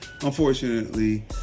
Unfortunately